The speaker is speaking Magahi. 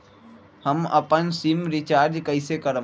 हम अपन सिम रिचार्ज कइसे करम?